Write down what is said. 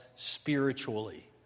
spiritually